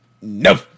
Nope